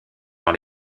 dans